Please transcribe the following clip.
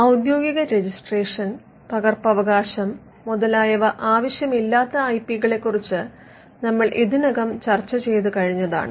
ഔദ്യോഗിക രജിസ്ട്രേഷൻ പകർപ്പവകാശം മുതലായവ ആവശ്യമില്ലാത്ത ഐ പി കളെക്കുറിച്ച് നമ്മൾ ഇതിനകം ചർച്ച ചെയ്ത് കഴിഞ്ഞതാണ്